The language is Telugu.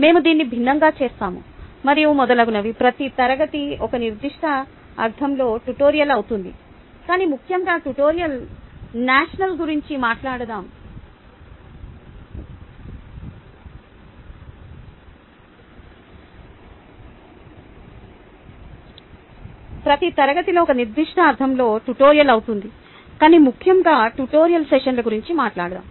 మేము దీన్ని భిన్నంగా చేస్తాము మరియు మొదలగునవి ప్రతి తరగతి ఒక నిర్దిష్ట అర్థంలో ట్యుటోరియల్ అవుతుంది కాని ముఖ్యంగా ట్యుటోరియల్ సెషన్ల గురించి మాట్లాడుదాం